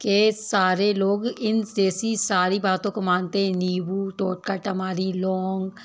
के सारे लोग इन जैसे सारी बातों को मानते हैं नींबू टोटका तमारी लौंग